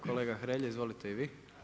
Kolega Hrelja izvolite i vi.